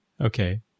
Okay